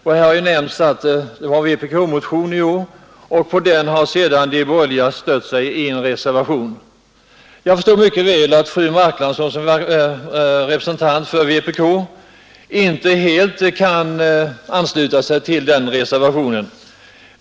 På en vpk-motion i år har de borgerliga ledamöterna i utskottet stött sig i en reservation. Jag förstår mycket väl att fru Marklund som representant för vpk inte helt kan ansluta sig till den reservationen.